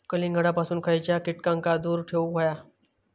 कलिंगडापासून खयच्या कीटकांका दूर ठेवूक व्हया?